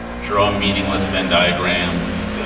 draw meaningless venn diagrams,